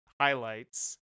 highlights